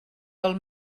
pel